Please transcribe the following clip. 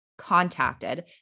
Contacted